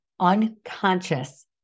unconscious